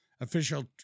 Official